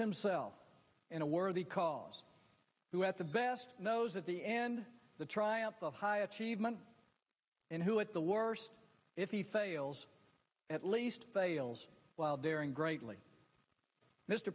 himself in a worthy cause who at the best knows at the end the triumph of high achievement and who at the worst if he fails at least fails while daring greatly mr